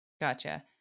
Gotcha